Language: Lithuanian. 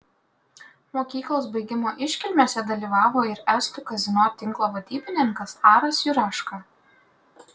mokyklos baigimo iškilmėse dalyvavo ir estų kazino tinklo vadybininkas aras juraška